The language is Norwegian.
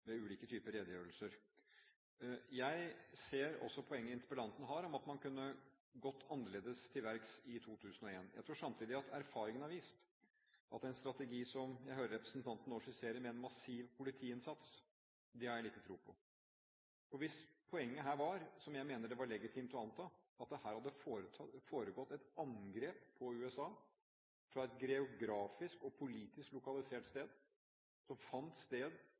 ulike typer redegjørelser. Jeg ser også poenget interpellanten har, om at man kunne gått annerledes til verks i 2001. Samtidig har jeg liten tro på en strategi som den jeg hører representanten nå skisserer, med en massiv politiinnsats. Det har erfaringen vist. For hvis poenget var – som jeg mener det var legitimt å anta – at det her hadde foregått et angrep på USA, fra et geografisk og politisk lokalisert sted, og som fant sted